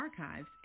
archives